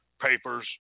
papers